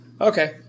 Okay